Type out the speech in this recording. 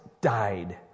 died